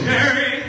carry